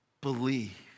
believe